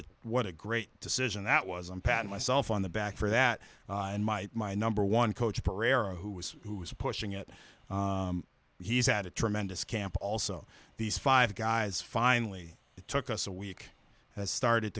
a what a great decision that was i'm patting myself on the back for that and my my number one coach pereiro who was who was pushing it he's had a tremendous camp also these five guys finally it took us a week has started